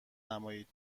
نمایید